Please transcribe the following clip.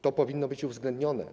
To powinno być uwzględnione.